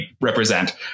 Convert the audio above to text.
represent